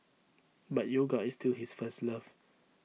but yoga is still his first love